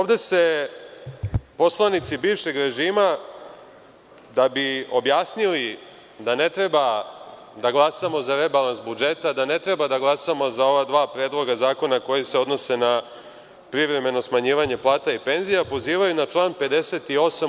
Dalje, ovde se poslanici bivšeg režima, da bi objasnili da ne treba da glasamo za rebalans budžeta, da ne treba da glasamo za ova dva predloga zakona koji se odnose na privremeno smanjivanje plata i penzija, pozivaju na član 58.